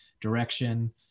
direction